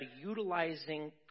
utilizing